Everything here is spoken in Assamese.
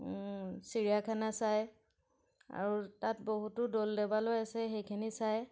চিৰিয়াখানা চায় আৰু তাত বহুতো দৌল দেৱালয় আছে সেইখিনি চায়